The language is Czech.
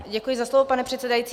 Děkuji za slovo, pane předsedající.